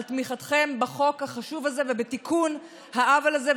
תמיכתכם בחוק החשוב הזה ובתיקון העוול הזה,